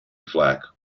flack